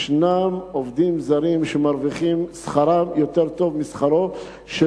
ישנם עובדים זרים ששכרם יותר טוב משכרו של